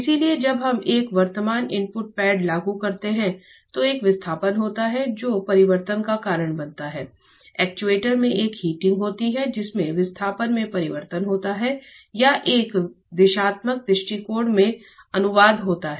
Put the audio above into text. इसलिए जब हम एक वर्तमान इनपुट पैड लागू करते हैं तो एक विस्थापन होता है जो परिवर्तन का कारण बनता है एक्चुएटर में एक हीटिंग होती है जिसमें विस्थापन में परिवर्तन होता है या एक दिशात्मक दृष्टिकोण में अनुवाद होता है